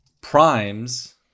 primes